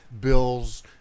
bill's